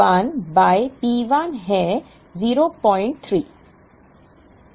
D1 by P1 है 03